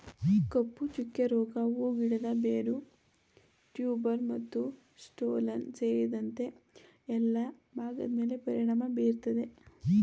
ಕಪ್ಪುಚುಕ್ಕೆ ರೋಗ ಹೂ ಗಿಡದ ಬೇರು ಟ್ಯೂಬರ್ ಮತ್ತುಸ್ಟೋಲನ್ ಸೇರಿದಂತೆ ಎಲ್ಲಾ ಭಾಗದ್ಮೇಲೆ ಪರಿಣಾಮ ಬೀರ್ತದೆ